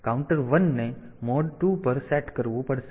તેથી કાઉન્ટર 1 ને મોડ 2 પર સેટ કરવું પડશે